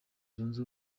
zunze